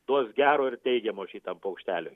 duos gero ir teigiamo šitam paukšteliui